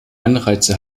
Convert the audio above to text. anreize